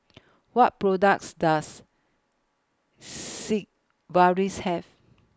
What products Does Sigvaris Have